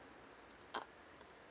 uh